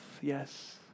Yes